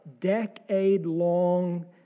decade-long